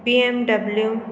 BMW